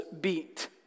beat